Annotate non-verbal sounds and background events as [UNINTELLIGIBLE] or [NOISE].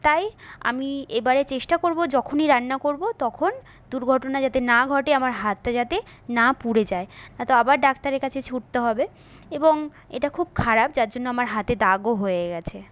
তাই আমি এবারে চেষ্টা করবো যখনই রান্না করবো তখন দুর্ঘটনা যাতে না ঘটে আমার হাতটা যাতে না পুড়ে যায় [UNINTELLIGIBLE] তো আবার ডাক্তারের কাছে ছুটতে হবে এবং এটা খুব খারাপ যার জন্য আমার হাতে দাগও হয়ে গেছে